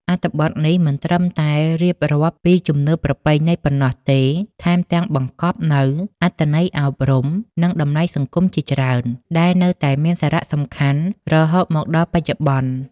អត្ថបទនេះ មិនត្រឹមតែរៀបរាប់ពីជំនឿប្រពៃណីប៉ុណ្ណោះទេ ថែមទាំងបង្កប់នូវអត្ថន័យអប់រំ និងតម្លៃសង្គមជាច្រើន ដែលនៅតែមានសារៈសំខាន់រហូតមកដល់បច្ចុប្បន្ន។